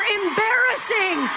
embarrassing